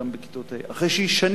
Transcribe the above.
גם בכיתות ה', אחרי ששנים